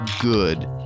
good